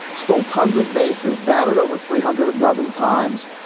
stole tons of bases, batted over three hundred a dozen times.